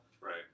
Right